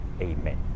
Amen